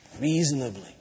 reasonably